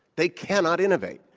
they cannot innovate,